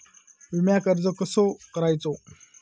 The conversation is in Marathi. विम्याक अर्ज कसो करायचो?